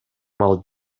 маал